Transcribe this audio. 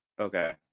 Okay